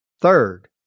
Third